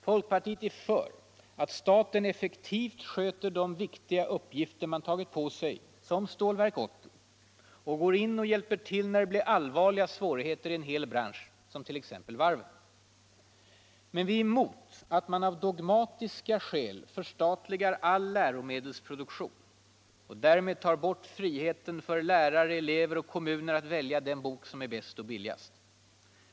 Folkpartiet är för att staten effektivt sköter de viktiga uppgifter den tagit på sig, som Stålverk 80, och går in och hjälper till när det blir allvarliga svårigheter i en hel bransch, som t.ex. varvsindustrin. Men vi är mot att av dogmatiska skäl förstatliga all läromedelsproduktion och därmed ta bort friheten för lärare, elever och kommuner att välja den bok som är bäst och billigast.